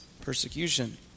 Persecution